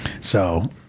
So-